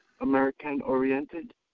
American-oriented